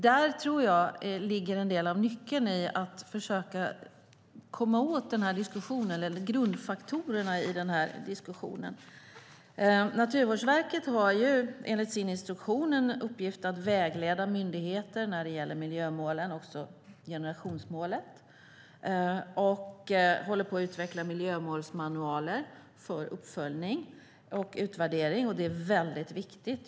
Där tror jag att en del av nyckeln ligger när det gäller att försöka komma åt grundfaktorerna i den här diskussionen. Naturvårdsverket har, enligt sin instruktion, en uppgift att vägleda myndigheter när det gäller miljömålen och generationsmålet och håller på att utveckla miljömålsmanualer för uppföljning och utvärdering. Det är viktigt.